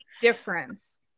difference